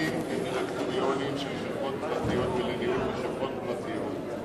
הולכים לדירקטוריונים של חברות פרטיות ולניהול חברות פרטיות,